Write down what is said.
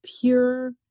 pure